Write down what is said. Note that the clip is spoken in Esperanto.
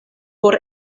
por